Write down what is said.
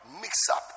Mix-up